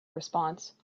response